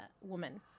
woman